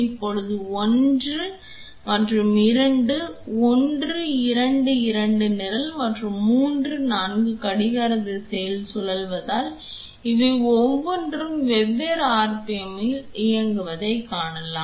இப்போது 1 மற்றும் 2 1 2 2 நிரல் 3 மற்றும் 4 கடிகார திசையில் சுழல்வதால் இவை ஒவ்வொன்றும் வெவ்வேறு RPM இல் இயங்குவதைக் காணலாம்